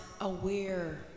aware